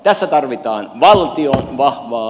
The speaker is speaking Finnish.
tässä tarvitaan valtion vahvaa